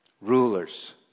Rulers